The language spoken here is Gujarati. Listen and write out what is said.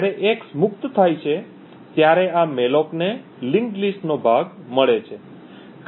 જ્યારે x મુક્ત થાય છે ત્યારે આ મૅલોક ને લિંકડ લીસ્ટ નો ભાગ મળે છે